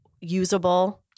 usable